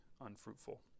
unfruitful